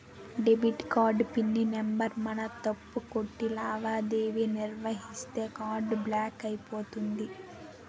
debit card pin number మనం తప్పు కొట్టి లావాదేవీ నిర్వహిస్తే కార్డు బ్లాక్ అయిపోతుంది